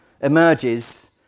emerges